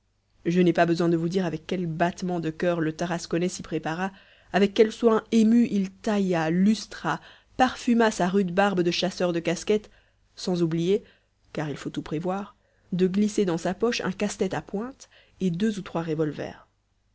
je n'ai pas besoin de vous dire avec quels battements de coeur le tarasconnais s'y prépara avec quel soin ému il tailla lustra parfuma sa rude barbe de chasseur de casquettes sans oublier car il faut tout prévoir de glisser dans sa poche un casse-tête à pointes et deux ou trois revolvers